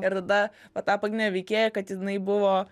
ir tada ta pagrindinė veikėja kad jinai buvo